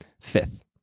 Fifth